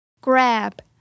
Grab